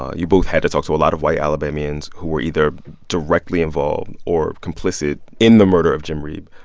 you both had to talk to a lot of white alabamians who were either directly involved or complicit in the murder of jim reeb.